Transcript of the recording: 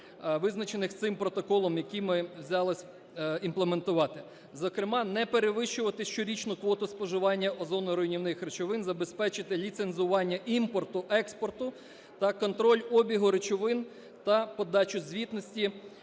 визначених цим протоколом, який ми взялись імплементувати. Зокрема, не перевищувати щорічну квоту споживання озоноруйнівних речовин, забезпечити ліцензування імпорту, експорту та контроль обігу речовин, та подачу звітності,